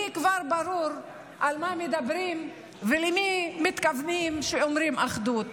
לי כבר ברור על מה מדברים ולמי מתכוונים כשאומרים "אחדות",